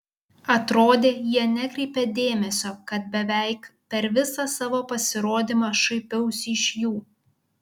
atrodė jie nekreipia dėmesio kad beveik per visą savo pasirodymą šaipiausi iš jų